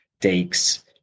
takes